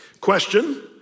Question